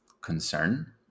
concern